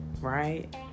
Right